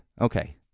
Okay